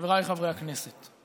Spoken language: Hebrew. חבריי חברי הכנסת,